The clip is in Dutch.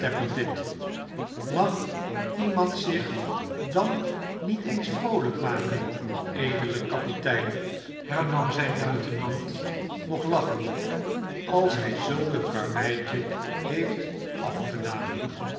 mag iemand zich dan niet eens vroolijk maken edele kapitein hernam zijn luitenant nog lachende als hij zulk een karreweitje heeft afgedaan